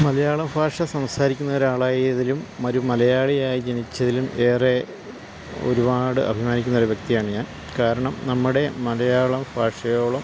മലയാള ഭാഷ സംസാരിക്കുന്ന ഒരാൾ ആയതിലും ഒരു മലയാളിയായി ജനിച്ചതിലും ഏറെ ഒരുപാട് അഭിമാനിക്കുന്ന ഒരു വ്യക്തിയാണ് ഞാൻ കാരണം നമ്മുടെ മലയാളം ഭാഷയോളം